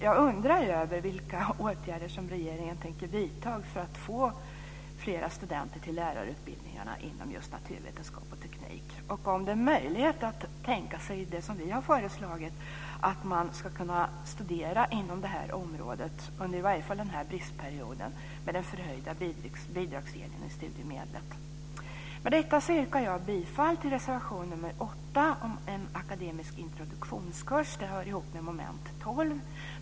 Jag undrar vilka åtgärder regeringen tänker vidta för att få flera studenter till lärarutbildningarna inom just naturvetenskap och teknik och om det är möjligt att tänka sig det som vi har föreslagit, att man ska kunna studera inom det här området, i alla fall under den här bristperioden, med den förhöjda bidragsdelen i studiemedlet. Med detta yrkar jag bifall till reservation 8 om en akademisk introduktionsgrundkurs. Den hör ihop med moment 12.